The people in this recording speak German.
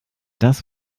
das